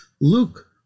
Luke